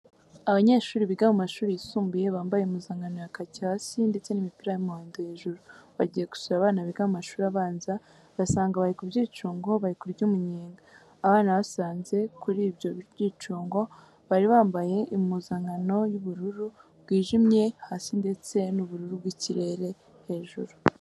Abanyeshuri biga mu mashuri yisumbuye bambaye impuzankano ya kaki hasi ndetse n'imipira y'umuhondo hejuru, bagiye gusura abana biga mu mashuri abanza basanga bari ku byicungo bari kurya umunyenga. Abana basanze kuri ibyo byicungo bari bambaye impuzankano y'ubururu bwijimye hasi ndetse n'ubururu bw'ikirere hejuru.